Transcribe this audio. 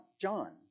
John